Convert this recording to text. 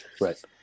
Right